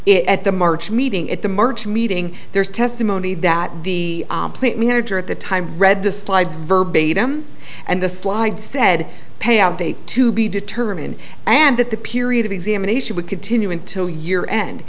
it at the march meeting at the march meeting there's testimony that the plant manager at the time read the slides verbatim and the slide said payout date to be determined and that the period of examination would continue until year end